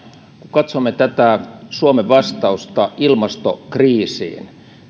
katsomme tätä suomen vastausta ilmastokriisiin niin